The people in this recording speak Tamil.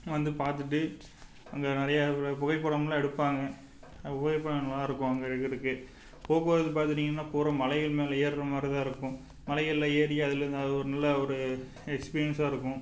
வந்து பார்த்துட்டு அங்கே நிறைய புகைப்படம்லாம் எடுப்பாங்க புகைப்படம் நல்லா இருக்கும் அங்கே எடுக்கிறதுக்கு போக்குவரத்து பார்த்திட்டீங்கனா போகிற மலைகள் மேலே ஏறுகிற மாதிரி தான் இருக்கும் மலைகளில் ஏறி அதில் இருந்து அது ஒரு நல்ல ஒரு எக்ஸ்பீரியன்ஸாக இருக்கும்